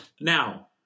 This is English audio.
now